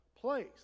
place